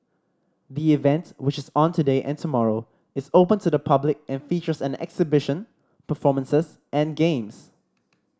the events which is on today and tomorrow is open to the public and features an exhibition performances and games